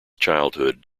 childhood